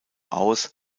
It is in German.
aus